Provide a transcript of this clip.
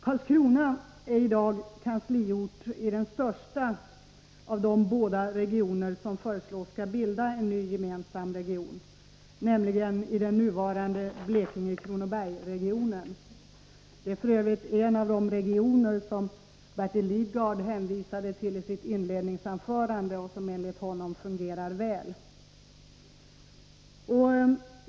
Karlskrona är i dag kansliort i den största av de båda regioner som föreslås skall bilda en ny gemensam region, nämligen i den nuvarande Blekinge Kronobergs-regionen. Det är f. ö. en av de regioner som Bertil Lidgard hänvisade till i sitt inledningsanförande och som enligt honom fungerar väl.